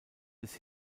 des